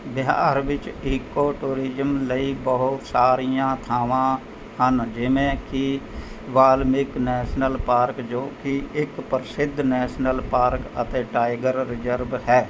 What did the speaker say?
ਬਿਹਾਰ ਵਿੱਚ eco tourism ਲਈ ਬਹੁਤ ਸਾਰੀਆਂ ਥਾਵਾਂ ਹਨ ਜਿਵੇਂ ਕਿ ਵਾਲਮੀਕ ਨੈਸ਼ਨਲ ਪਾਰਕ ਜੋ ਕਿ ਇੱਕ ਪ੍ਰਸਿੱਧ ਨੈਸ਼ਨਲ ਪਾਰਕ ਅਤੇ ਟਾਈਗਰ ਰਿਜ਼ਰਵ ਹੈ